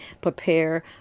prepare